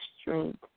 strength